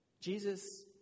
Jesus